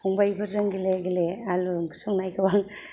फंबायफोरजों गेलेयै गेलेयै आलु ओंख्रि संनायखौ आं